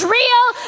real